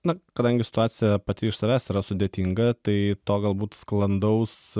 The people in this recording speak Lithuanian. na kadangi situacija pati iš savęs yra sudėtinga tai to galbūt sklandaus